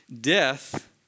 death